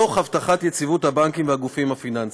תוך הבטחת יציבות הבנקים והגופים הפיננסיים.